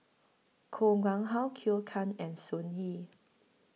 Koh Nguang How Cleo Thang and Sun Yee